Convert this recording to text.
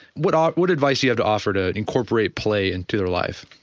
what um what advice you have to offer to incorporate play into their life?